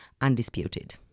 undisputed